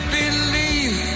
believe